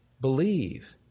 believe